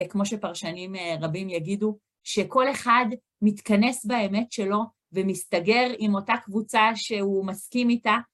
כמו שפרשנים רבים יגידו, שכל אחד מתכנס באמת שלו ומסתגר עם אותה קבוצה שהוא מסכים איתה.